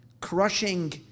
crushing